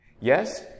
Yes